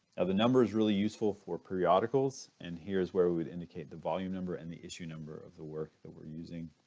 the number is really useful for periodicals and here's where we would indicate the volume number and the issue number of the work that we're using.